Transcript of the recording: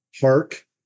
park